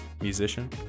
musician